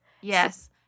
Yes